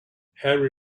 harry